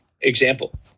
example